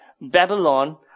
Babylon